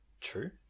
True